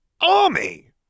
Army